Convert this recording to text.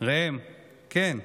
ראם: כן.